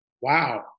wow